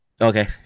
Okay